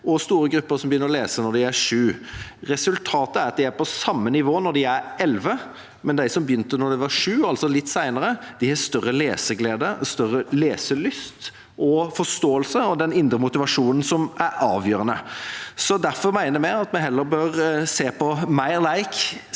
og store grupper som begynner å lese når de er sju. Resultatet er at de er på samme nivå når de er elleve, men de som begynte da de var sju – altså litt senere – har større leseglede, større leselyst og forståelse og en indre motivasjon, som er avgjørende. Derfor mener vi at vi heller bør se på mer lek,